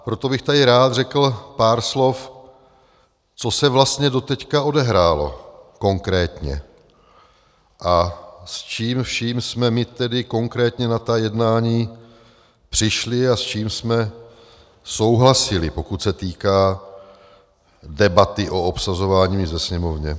Proto bych tady rád řekl pár slov, co se vlastně doteď odehrálo konkrétně a s čím vším jsme my tedy konkrétně na ta jednání přišli a s čím jsme souhlasili, pokud se týká debaty o obsazování ve Sněmovně.